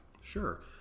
Sure